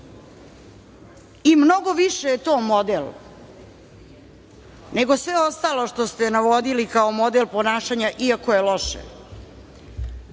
I mnogo više je to model nego sve ostalo što ste navodili kao model ponašanja, iako je loše,